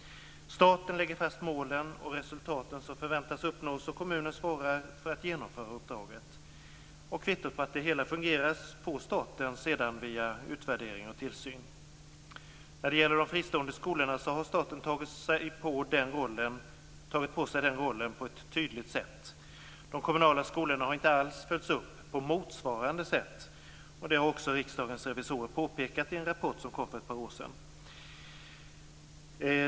Staten lägger fast målen och resultaten som förväntas uppnås, och kommunen svarar för att genomföra uppdraget. Kvittot på att det hela fungerar får staten sedan via utvärdering och tillsyn. När det gäller de fristående skolorna har staten tagit på sig den rollen på ett tydligt sätt. De kommunala skolorna har inte alls följts upp på motsvarande sätt. Det har också Riksdagens revisorer påpekat i en rapport som kom för ett par år sedan.